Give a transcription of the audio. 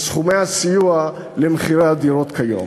את סכומי הסיוע למחירי הדירות כיום.